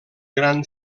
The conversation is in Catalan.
gran